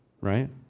right